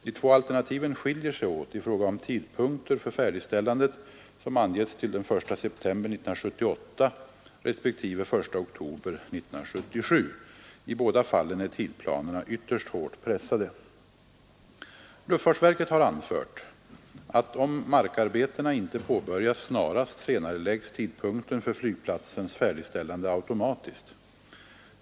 De två alternativen skiljer sig åt i fråga om tidpunkter för färdigställandet, som angetts till den 1 september 1978 respektive den 1 oktober 1977. I båda fallen är tidsplanerna ytterst hårt pressade. Luftfartsverket har anfört att om markarbetena inte påbörjas snarast senareläggs tidpunkten för flygplatsens färdigställande automatiskt.